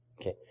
Okay